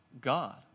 God